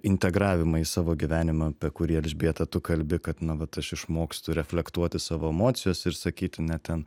integravimą į savo gyvenimą apie kurį elžbieta tu kalbi kad na vat aš išmokstu reflektuoti savo emocijas ir sakyti ne ten